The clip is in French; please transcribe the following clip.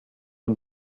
une